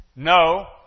No